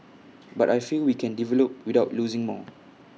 but I feel we can develop without losing more